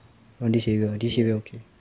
this area this area okay